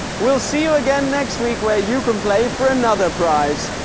we'll see you again next week, where you can play for another prize.